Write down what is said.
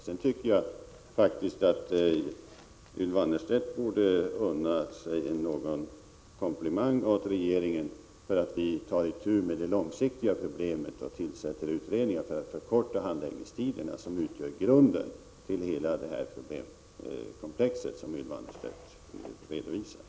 Sedan tycker jag att Ylva Annerstedt borde kosta på sig att ge regeringen en komplimang för att vi tar itu med det långsiktiga problemet och tillsätter utredningar för att förkorta handläggningstiderna, vilka utgör grunden för hela det problemkomplex som Ylva Annerstedt redovisat.